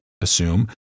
assume